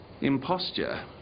imposture